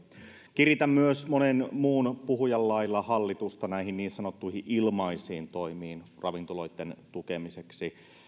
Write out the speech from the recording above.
kiritän myös monen muun puhujan lailla hallitusta näihin niin sanottuihin ilmaisiin toimiin ravintoloitten tukemiseksi